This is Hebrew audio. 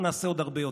נעשה עוד הרבה יותר,